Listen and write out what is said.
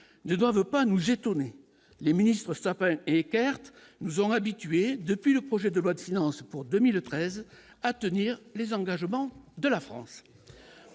ne doivent pas nous étonner les ministres s'appelle Eckerd nous ont habitués depuis le projet de loi de finances pour 2013 à tenir les engagements de la France,